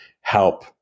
help